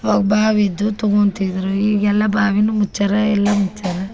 ಅವಾಗ ಬಾವಿದು ತಗೊಂತಿದ್ರು ಈಗ ಎಲ್ಲ ಬಾವಿನೂ ಮುಚ್ಚಾರ ಎಲ್ಲ ಮುಚ್ಚಾರ